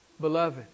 Beloved